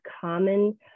common